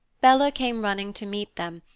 bella came running to meet them,